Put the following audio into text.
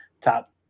top